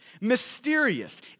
mysterious